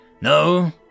No